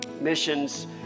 missions